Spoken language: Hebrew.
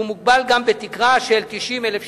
והוא מוגבל גם בתקרה של 90,000 שקלים.